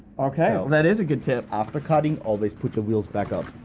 okay, that is a good tip. after cutting, always put your wheels back up.